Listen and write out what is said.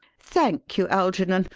thank you, algernon.